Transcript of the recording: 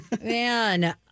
Man